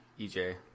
EJ